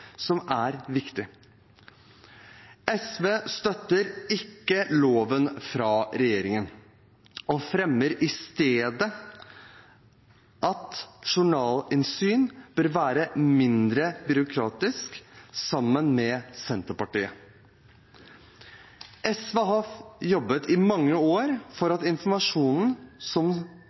som er viktig. SV støtter ikke lovendringen fra regjeringen og fremmer i stedet et forslag om at journalinnsyn bør være mindre byråkratisk, sammen med Senterpartiet. SV har i mange år jobbet for at informasjon som